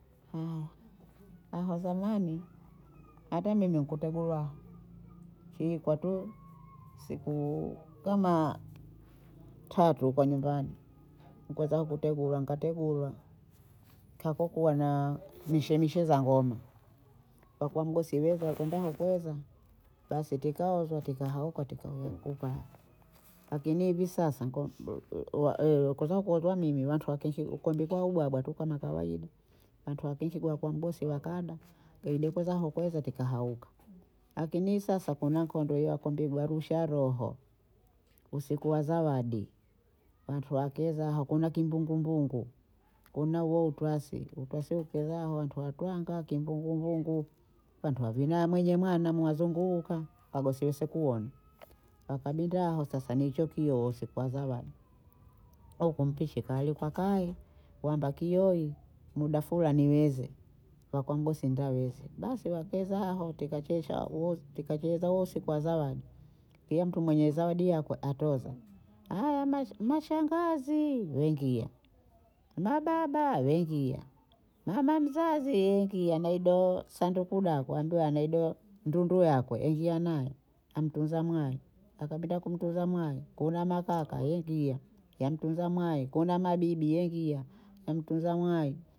aho zamani hata mimi kutegulwa chiyikwa tu sikuuu kama tatu nkuwa nyumbani nko zangu kutegulwa nikategulwa kakukua naa mishe mishe za ngoma, kwa kuwa mgosi weza hakwenda ukweza basi tikaho twatikaho katika we nkukaa akini hivi sasa wa- wau- waw- ee- wakweza kuntoa mimi wantu wakishi huko mlikuwa ubwabwa tu kama kawaida wantu wakishi kwa mgosi wakada dekozaho kweza tikahauka akini sasa kuna nkondo ya kumpigwa rusha roho, usiku wa zawadi, wantu wakeza hakuna kimbungumbungu, kuna uwo utwasi, utwasi aho ntwatwanga kimbungumbungu, wantu wavina wa mwenye mwana mwazunguuka wagosi wese kuona, wakabinda aho sasa neche kioo hose kwa zawadi au kwampishe kale kwa kaye kwamba kioi muda Fulani weze wa kwa mgosi ndo aweze basi wakeza aho tikachesha aho tikacheza wose usiku wa zawadi, kila mtu mwenye zawadi yakwe atoza, haya masha mashangazi wengia. mababa wengia, mama mzazi engia maidoo sanduku dakwa ndo anaido ndundu yakwe ingia nayo amtunza mwayi, akabinda kumtunza mwayi, kuna makaka yengia wamtunza mwayi, kuna mabibi yengia wamtunza mwayi